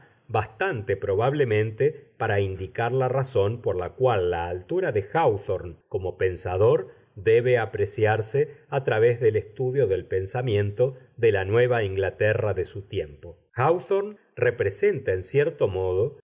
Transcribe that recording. bastante probablemente para indicar la razón por la cual la altura de háwthorne como pensador debe apreciarse a través del estudio del pensamiento de la nueva inglaterra de su tiempo háwthorne representa en cierto modo